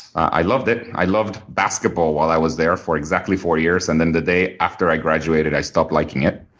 i loved it. i loved basketball while i was there for exactly four years, and then the day after i graduated i stopped liking it.